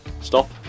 Stop